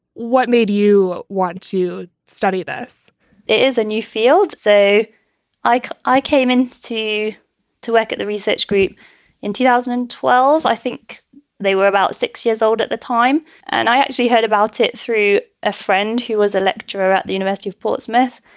what made you want to study? this is a new field. so i i came in to to work at the research group in two thousand and twelve. i think they were about six years old at the time. and i actually heard about it through a friend who was a lecturer at the university of portsmouth.